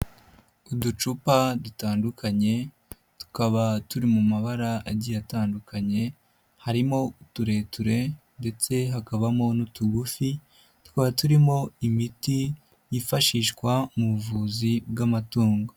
Uducupa dutandukanye, tukaba turi mu mabara agiye atandukanye, harimo utureture ndetse hakabamo n'utugufi, tukaba turimo imiti yifashishwa mu buvuzi bw'amatungo.